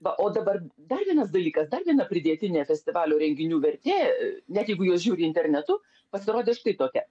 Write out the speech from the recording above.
va o dabar dar vienas dalykas dar viena pridėtinė festivalio renginių vertė net jeigu juos žiūri internetu pasirodė štai tokia